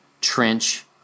trench